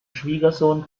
schwiegersohn